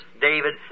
David